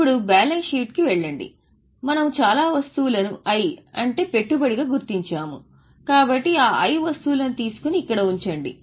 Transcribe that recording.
ఇప్పుడు బ్యాలెన్స్ షీట్కు వెళ్ళండి మనము చాలా వస్తువులను I వస్తువులను తీసుకొని ఇక్కడ ఉంచండి